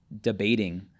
debating